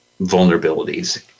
vulnerabilities